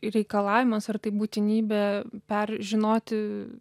reikalavimas ar tai būtinybė per žinoti